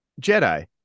Jedi